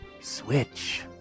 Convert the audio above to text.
Switch